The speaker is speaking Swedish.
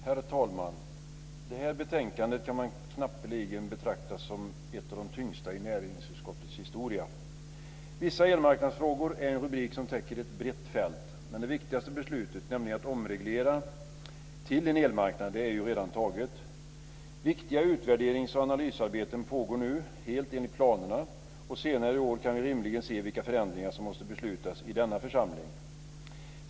Herr talman! Det här betänkandet kan man knappeligen betrakta som ett av de tyngsta i näringsutskottets historia. Vissa elmarknadsfrågor är en rubrik som täcker ett brett fält, med det viktigaste beslutet, nämligen att omreglera till en elmarknad, är ju redan fattat. Viktiga utvärderings och analysarbeten pågår nu helt enligt planerna. Senare i år kommer vi rimligen att kunna se vilka förändringar som måste beslutas i denna församling.